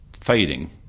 fading